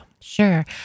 Sure